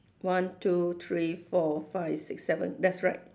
one two three four five six seven that's right